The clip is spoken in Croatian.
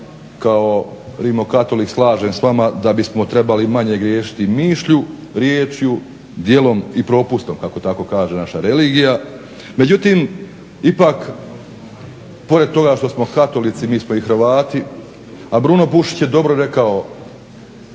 kao rimokatolik slažem s vama da bismo trebali manje griješiti mišlju, riječju, djelom i propustom kako tako kaže naša religija. Međutim ipak pored toga što smo katolici mi smo i Hrvati, a Bruno Bušić je dobro rekao